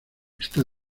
está